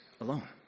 alone